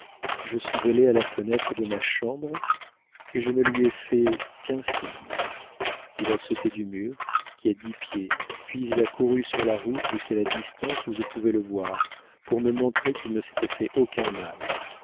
je suis allée à la fenêtre de ma chambre et je ne lui ai fait qu'un signe il a sauté du mur qui a dix pieds puis il a couru sur la route jusqu'à la distance où je pouvais le voir pour me montrer qu'il ne s'était fait aucun mal